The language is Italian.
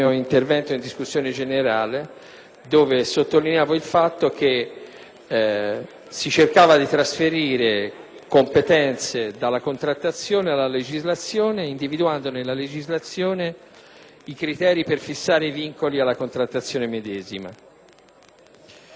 nel provvedimento in esame, si cercava di trasferire competenze dalla contrattazione alla legislazione, individuando nella legislazione i criteri per fissare i vincoli alla contrattazione medesima. L'emendamento